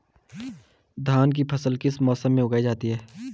धान की फसल किस मौसम में उगाई जाती है?